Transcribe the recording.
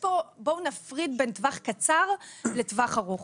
בואו נפריד בין טווח קצר לטווח ארוך.